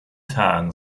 tagen